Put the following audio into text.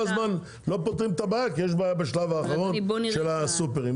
כל הזמן לא פותרים את הבעיה כי יש בעיה בשלב האחרון של הסופרים.